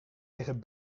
liggen